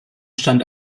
stand